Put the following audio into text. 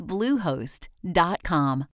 Bluehost.com